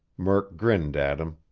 murk grinned at him.